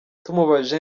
tumubajije